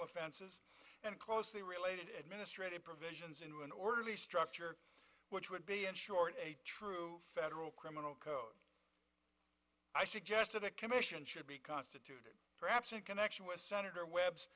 offenses and closely related administrative provisions into an orderly structure which would be short of a true federal criminal code i suggested a commission should be constituted perhaps a connection with senator web